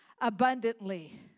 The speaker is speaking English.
abundantly